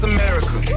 America